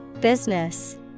Business